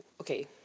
okay